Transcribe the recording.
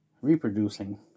reproducing